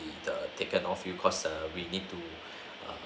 the taken off you because we need to err